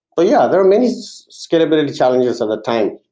but yeah, there were many scalability challenges at the time.